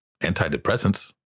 antidepressants